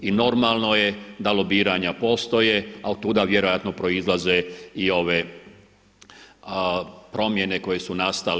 I normalno je da lobiranja postoje a od tuda vjerojatno proizlaze i ove promjene koje su nastale.